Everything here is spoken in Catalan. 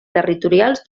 territorials